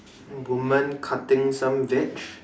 woman cutting some veg